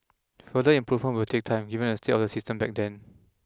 further improvements will take time given the state of the system back then